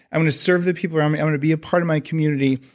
i'm going to serve the people around me. i want to be a part of my community.